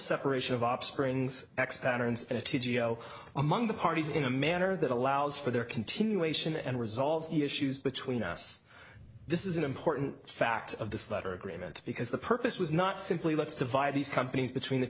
separation of op springs and a t g o among the parties in a manner that allows for their continuation and resolves the issues between us this is an important fact of this letter agreement because the purpose was not simply let's divide these companies between the